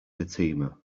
fatima